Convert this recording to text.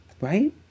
Right